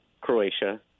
Croatia